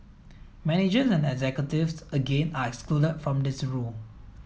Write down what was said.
managers and executives again are excluded from this rule